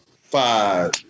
five